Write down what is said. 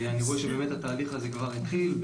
אני רואה שהתהליך הזה כבר התחיל,